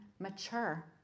mature